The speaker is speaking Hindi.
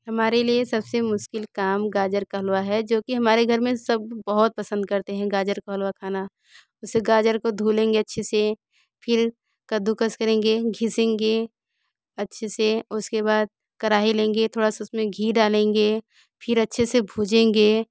हमारे लिए सबसे मुश्किल काम गाजर का हलवा है जो कि हमारे घर में सब बहुत पसंद करते हैं गाजर का हलवा खाना उस गाजर को धुलेंगे अच्छे से फिल कद्दूकस करेंगे घिसेंगे अच्छे से उसके बाद कराही लेंगे थोड़ा सा उसमें घी डालेंगे फिर अच्छे से भूजेंगे